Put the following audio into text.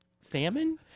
salmon